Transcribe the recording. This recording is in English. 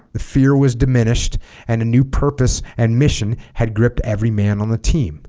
the fear was diminished and a new purpose and mission had gripped every man on the team